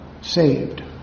saved